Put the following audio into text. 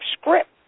script